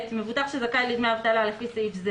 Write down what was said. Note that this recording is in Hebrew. "ב.מבוטח שזכאי לדמי אבטלה לפי סעיף זה